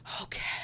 Okay